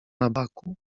nabaku